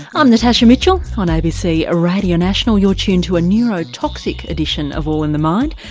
i'm natasha mitchell. on abc radio national you're tuned to a neurotoxic edition of all in the mind,